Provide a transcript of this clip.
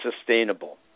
sustainable